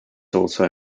also